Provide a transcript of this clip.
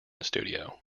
studio